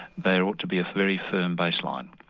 there ought to be a very firm baseline.